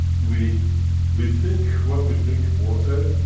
we we think when we drink water